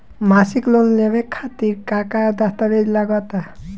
मसीक लोन लेवे खातिर का का दास्तावेज लग ता?